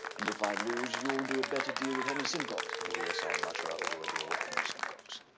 and if i lose you'll do a better deal with henry simcox. oh yes i'd much rather do a deal with henry simcox.